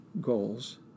goals